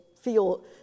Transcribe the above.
feel